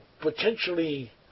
potentially